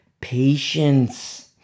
patience